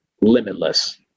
limitless